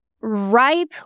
ripe